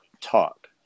talk